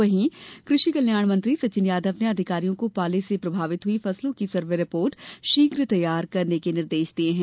वहीं कृषि कल्याण मंत्री सचिन यादव ने अधिकारियों को पाले से प्रभावित हुई फसलों की सर्वे रिपोर्ट शीघ्र तैयार करने के निर्देश दिये हैं